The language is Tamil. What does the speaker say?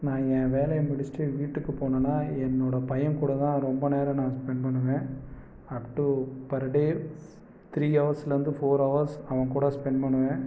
நான் என் வேலையை முடிச்சு ட்டு வீட்டுக்கு போனேன்னா என்னோடய பையன் கூட தான் ரொம்ப நேரம் நான் ஸ்பெண்ட் பண்ணுவேன் அப்டூ பர் டே த்ரீ ஹவர்ஸ்லேருந்து ஃபோர் ஹவர்ஸ் அவன் கூட ஸ்பெண்ட் பண்ணுவேன்